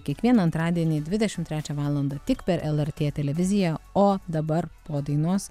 kiekvieną antradienį dvidešimt trečią valandą valandą tik per lrt televiziją o dabar po dainos